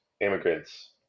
immigrants